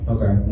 Okay